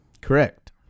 Correct